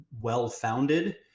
well-founded